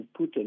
Putin